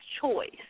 choice